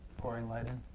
pouring light in?